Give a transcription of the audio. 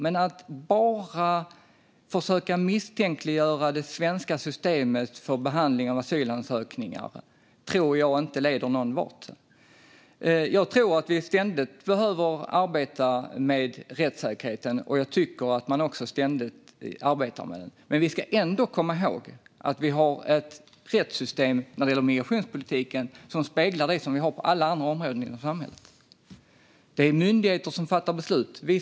Men jag tror inte att det leder någon vart att försöka misstänkliggöra det svenska systemet för behandling av asylansökningar. Jag tror att vi ständigt behöver arbeta med rättssäkerheten, och jag tycker att man ständigt arbetar med den. Vi ska komma ihåg att vi har ett rättssystem för migrationspolitiken som speglar det vi har på alla andra områden i samhället. Det är vi som stiftar lagar.